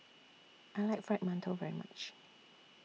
I like Fried mantou very much